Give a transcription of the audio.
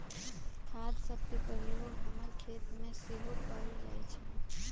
खाद सभके प्रयोग हमर खेतमें सेहो कएल जाइ छइ